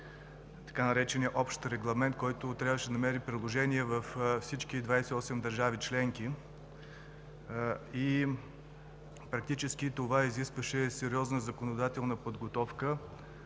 така наречения Общ регламент, който трябваше да намери приложение във всички 28 държави членки и практически се изискваше сериозна законодателна и